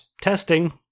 testing